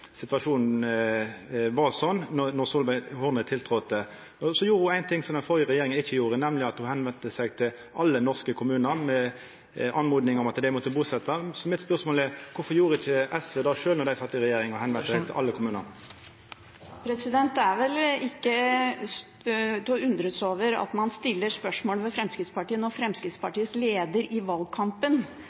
situasjonen var slik då Solveig Horne tiltredde. Så gjorde ho ein ting som den førre regjeringa ikkje gjorde, nemleg at ho vende seg til alle norske kommunar med ei oppmoding om at dei måtte busetja. Spørsmålet mitt er: Kvifor gjorde ikkje SV det sjølv då dei sat i regjering, og vende seg til alle kommunane? Det er vel ikke til å undres over at man stiller spørsmål ved Fremskrittspartiet når Fremskrittspartiets leder i